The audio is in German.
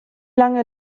lange